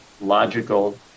logical